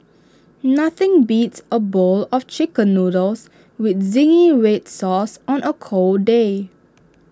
nothing beats A bowl of Chicken Noodles with Zingy Red Sauce on A cold day